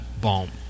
boom